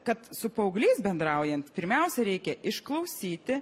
kad su paaugliais bendraujant pirmiausia reikia išklausyti